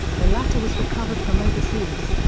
the latter was recovered from overseas,